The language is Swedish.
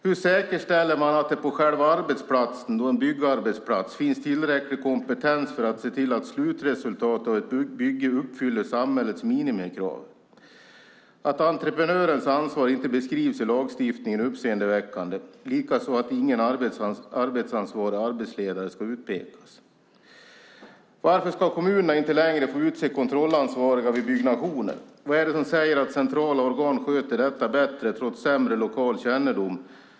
Hur säkerställer man att det på själva arbetsplatsen - en byggarbetsplats - finns tillräcklig kompetens för att se till att slutresultatet av ett bygge uppfyller samhällets minimikrav? Att entreprenörens ansvar inte beskrivs i lagstiftningen är uppseendeväckande, likaså att ingen arbetsansvarig arbetsledare ska utpekas. Varför ska kommunerna inte längre få utse kontrollansvariga vid byggnationer? Vad är det som säger att centrala organ sköter detta bättre trots sämre lokal kännedom?